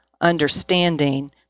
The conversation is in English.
understanding